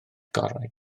gorau